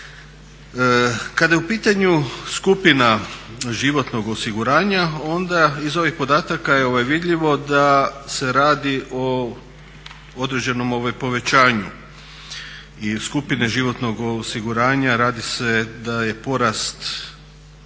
Kada je u pitanju skupina životnog osiguranja onda iz ovih podataka je vidljivo da se radi o određenom povećanju i skupine životnog osiguranja. Radi se da je porast